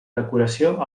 decoració